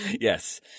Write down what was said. Yes